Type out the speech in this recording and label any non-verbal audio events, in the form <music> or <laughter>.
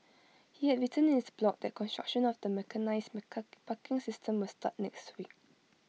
he had written in his blog that construction of the mechanised <unintelligible> parking system will start next week